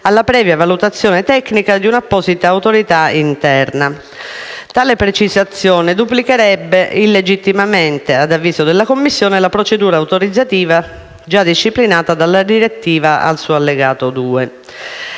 alla previa valutazione tecnica di un'apposita autorità interna: tale prescrizione duplicherebbe illegittimamente, ad avviso della Commissione, la procedura autorizzativa già disciplinata dalla direttiva al suo allegato II.